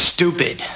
Stupid